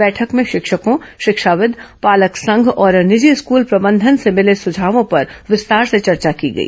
बैठक में शिक्षकों शिक्षाविद पालक संघ और निजी स्कूल प्रबंधन से मिले सुझावों पर विस्तार से चर्चा की गई